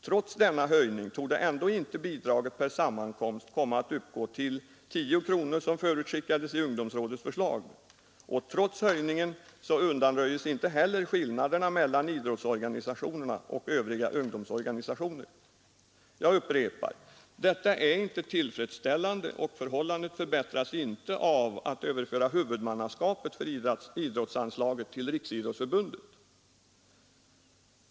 Trots denna höjning torde bidraget per sammankomst ändå inte komma att uppgå till 10 kronor, som förutskickades i ungdomsrådets förslag. Och trots höjningen undanröjes inte heller skillnaderna mellan idrottsorganisationerna och övriga ungdomsorganisationer. Jag upprepar: Detta är inte tillfredsställande, och förhållandet förbättras inte av att huvudmannaskapet för idrottsanslaget överförs till Riksidrottsförbundet.